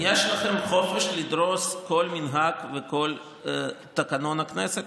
יש לכם חופש לדרוס כל מנהג וכל תקנון הכנסת,